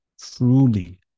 truly